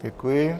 Děkuji.